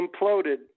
imploded